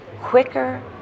quicker